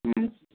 হুম